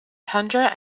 tundra